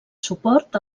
suport